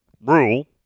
rule